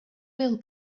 will